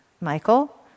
Michael